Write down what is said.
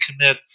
commit